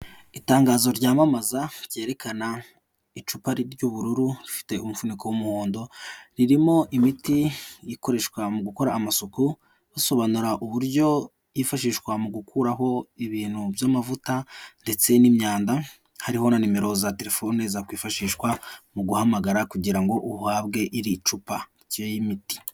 Itangazo ryamamaza ryerekana icupa ry'ubururu rifite umufunyiko w'umuhondo ririmo imiti ikoreshwa mu gukora amasuku basobanura uburyo yifashishwa mu gukuraho ibintu by'amavuta ndetse n'imyanda, hari na nimero za telefone zakwifashishwa mu guhamagara kugirango uhabwe iri cupa y'imiti.